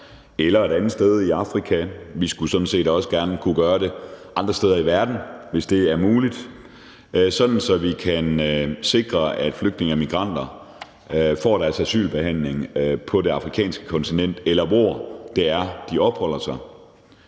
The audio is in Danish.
eller et andet sted i Afrika. Vi skulle sådan set også gerne kunne gøre det andre steder i verden, hvis det er muligt, sådan at vi kan sikre, at flygtninge og migranter får deres asylbehandling på det afrikanske kontinent, eller hvor de opholder sig.